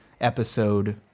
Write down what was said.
episode